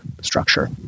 structure